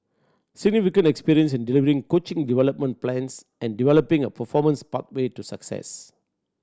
significant experience in delivering coaching development plans and developing a performance pathway to success